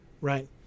right